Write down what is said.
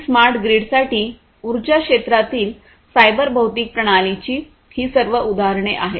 smart ग्रिडसाठी उर्जा क्षेत्रातील सायबर भौतिक प्रणालीची ही सर्व उदाहरणे आहेत